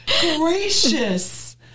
gracious